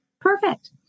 perfect